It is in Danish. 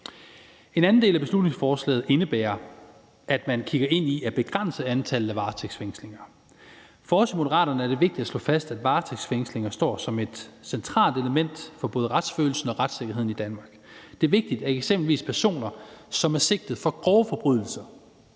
En anden del af beslutningsforslaget indebærer, at man kigger på at begrænse antallet af varetægtsfængslinger. For os i Moderaterne er det vigtigt at slå fast, at varetægtsfængslinger står som et centralt element for både retsfølelsen og retssikkerheden i Danmark. Det er vigtigt, at eksempelvis personer, som er sigtet for grove forbrydelser,